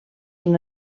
una